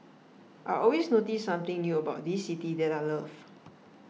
I always notice something new about this city that I love